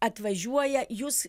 atvažiuoja jūs